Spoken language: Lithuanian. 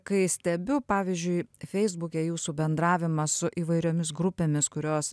kai stebiu pavyzdžiui feisbuke jūsų bendravimą su įvairiomis grupėmis kurios